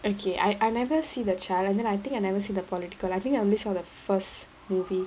okay I I never see the child then I think I never see the political I think I only saw the first movie